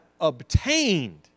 obtained